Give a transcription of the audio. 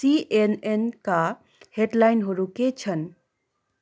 सीएनएनका हेडलाइनहरू के छन्